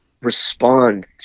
respond